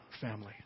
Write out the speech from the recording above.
family